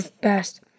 best